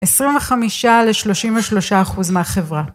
עשרים וחמישה לשלושים ושלושה אחוז מהחברה